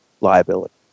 liability